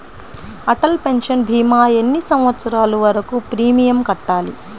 Atal pension భీమా ఎన్ని సంవత్సరాలు వరకు ప్రీమియం కట్టాలి?